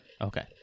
Okay